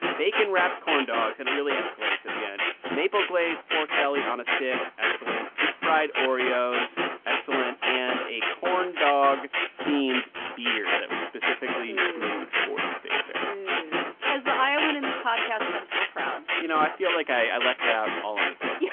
bacon-wrapped corn dogs and it really escalates at the end maple-glazed pork belly on a stick excellent deep-fried oreos excellent and a corn dog-themed beer that was specifically brewed for the state fair as the iowan in this podcast, i'm so proud you know, i feel like i left it out all on the table yeah